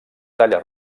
talla